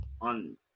on